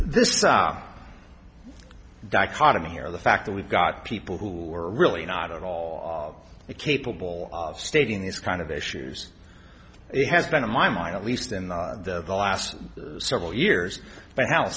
this dichotomy here the fact that we've got people who are really not at all capable of stating these kind of issues it has been in my mind at least in the last several years by how